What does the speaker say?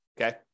Okay